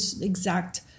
exact